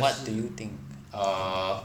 what do you think